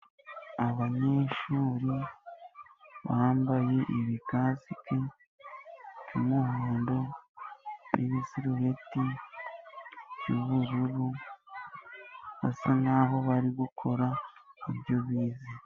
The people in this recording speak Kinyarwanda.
Abanyeshuri bambaye ibikasike by'umuhondo , n'ibisarubeti by,ubururu ,basa nk'aho bari gukora ibyo bize.